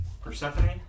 Persephone